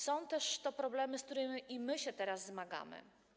Są to problemy, z którymi i my się teraz zmagamy.